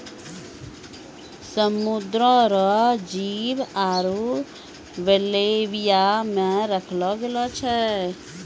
समुद्र रो जीव आरु बेल्विया मे रखलो गेलो छै